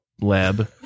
lab